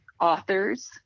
authors